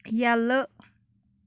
یَلہٕ